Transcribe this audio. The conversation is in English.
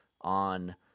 on